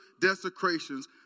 desecrations